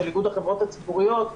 של איגוד החברות הציבוריות,